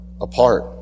apart